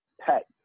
Pet